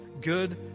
good